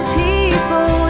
people